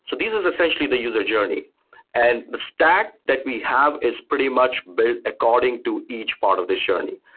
so this is essentially the user journey and the stack that we have is pretty much built according to each part of this journey.